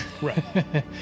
Right